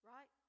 Right